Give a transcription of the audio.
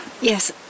Yes